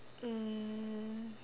um